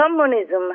communism